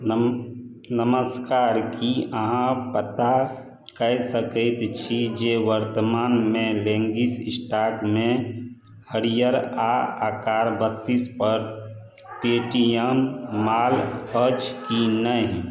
नम नमस्कार की अहाँ पता कै सकैत छी जे वर्तमानमे लेगिंग्स स्टॉकमे हरिअर आ आकार बत्तीस पर पेटीएम मॉल अछि कि नहि